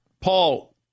Paul